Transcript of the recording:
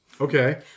Okay